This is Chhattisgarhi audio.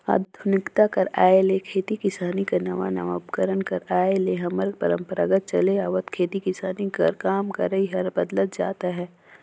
आधुनिकता कर आए ले खेती किसानी कर नावा नावा उपकरन कर आए ले हमर परपरागत चले आवत खेती किसानी कर काम करई हर बदलत जात अहे